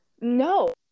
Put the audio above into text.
No